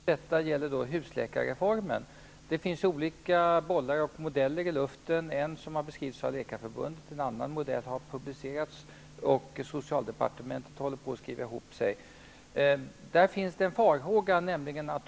Fru talman! Eftersom det är socialutskottets dag vill jag fortsätta att fråga socialministern. Min fråga gäller husläkarreformen. Det finns många olika bollar och modeller i luften. En modell har beskrivits av Läkarförbundet, en annan modell finns publicerad och socialdepartementet håller på att skriva ihop sig om ytterligare ett förslag.